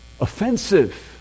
offensive